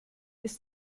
ist